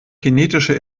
kinetische